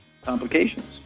complications